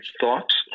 thoughts